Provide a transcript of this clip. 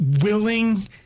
willing